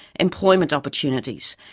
employment opportunities,